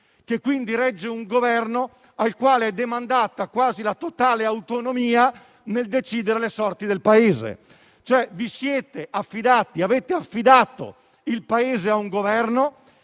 e quindi regge un Governo al quale è demandata quasi la totale autonomia nel decidere le sorti del Paese. Avete affidato il Paese a un Governo